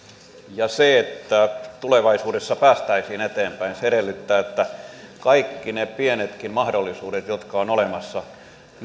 ja se että tulevaisuudessa päästäisiin eteenpäin edellyttää että kaikki ne pienetkin mahdollisuudet jotka ovat olemassa